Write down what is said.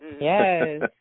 Yes